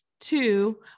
two